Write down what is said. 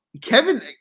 Kevin